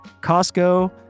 Costco